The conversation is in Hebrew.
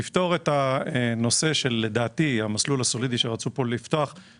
יפתור את הנושא לדעתי של המסלול הסולידי שרצו מסלול